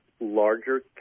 larger